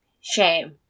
shame